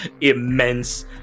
immense